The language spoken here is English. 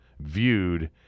viewed